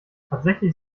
tatsächlich